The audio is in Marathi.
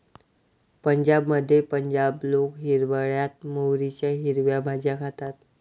पंजाबमध्ये पंजाबी लोक हिवाळयात मोहरीच्या हिरव्या भाज्या खातात